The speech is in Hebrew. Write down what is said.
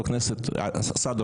חבר הכנסת סעדה,